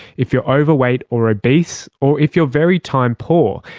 if you're overweight or obese or if you're very time poor,